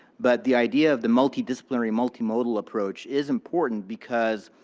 but the idea of the multidisciplinary, multimodal approach is important because,